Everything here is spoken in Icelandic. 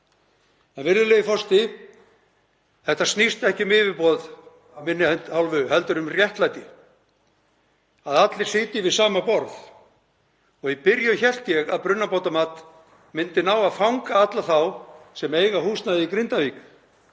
Virðulegi forseti. Þetta snýst ekki um yfirboð af minni hálfu heldur um réttlæti, að allir sitji við sama borð. Í byrjun hélt ég að brunabótamat myndi ná að fanga alla þá sem eiga húsnæði í Grindavík